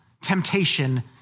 temptation